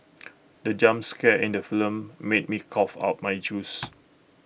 the jump scare in the film made me cough out my juice